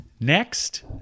Next